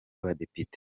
y’abadepite